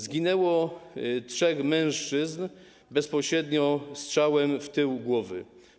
Zginęło trzech mężczyzn bezpośrednio od strzału w tył głowy.